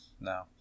no